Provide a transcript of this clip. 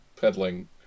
peddling